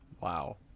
Wow